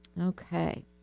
Okay